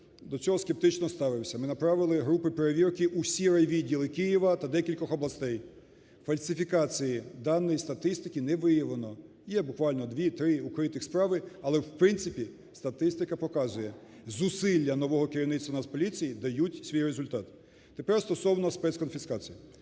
до цього скептично ставився, ми направили групи перевірки у всі райвідділи Києва та декількох областей, фальсифікації даної статистики не виявлено, є буквально дві, три укритих справи. Але, в принципі, статистика показує, зусилля нового керівництва Нацполіції дають свій результат. Тепер стосовно спецконфіскацій.